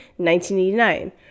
1989